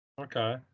Okay